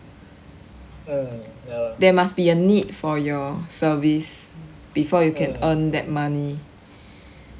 there must be a need for your service before you can earn that money